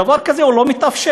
דבר כזה לא מתאפשר.